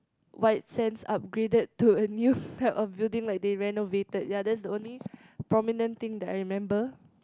White-Sands upgraded to a new type of building like they renovated ya that's the only prominent thing that I remember